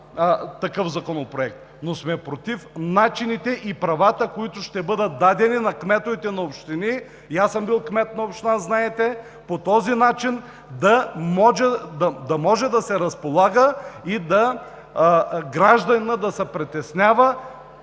такъв законопроект, но сме против начините и правата, които ще бъдат дадени на кметовете на общините. Аз съм бил кмет на община, знаете. Против сме по този начин да може да се разполага и гражданинът да се притеснява,